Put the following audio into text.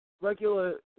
Regular